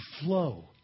flow